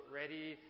ready